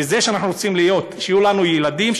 וזה שאנחנו רוצים שיהיו לנו ילדים,